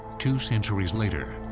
two centuries later,